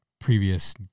previous